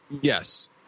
Yes